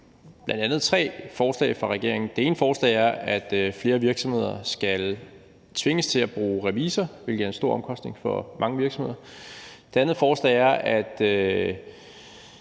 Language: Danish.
bl.a. behandlet tre forslag fra regeringen. Det ene forslag er, at flere virksomheder skal tvinges til at bruge revisor, hvilket er en stor omkostning for mange virksomheder. Det andet forslag er, at